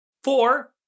Four